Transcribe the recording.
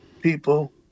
people